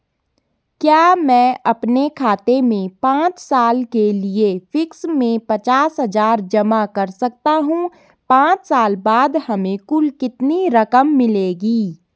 क्या मैं अपने खाते में पांच साल के लिए फिक्स में पचास हज़ार जमा कर सकता हूँ पांच साल बाद हमें कुल कितनी रकम मिलेगी?